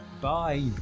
Bye